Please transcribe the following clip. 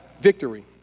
victory